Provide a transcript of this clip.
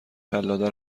قلاده